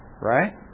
right